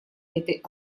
этой